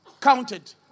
counted